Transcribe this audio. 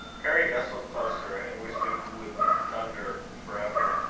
harry nestled closer, and wished it would thunder for ever.